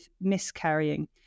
miscarrying